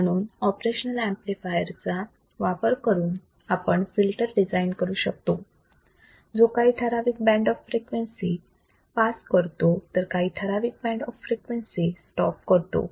म्हणून operational amplifier चा वापर करून आपण फिल्टर डिझाईन करू शकतो जो काही ठराविक बँड ऑफ फ्रिक्वेन्सी पास करतो तर काही ठराविक बँड ऑफ फ्रिक्वेन्सी स्टॉप करतो